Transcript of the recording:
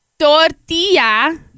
tortilla